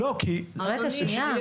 רגע, שנייה.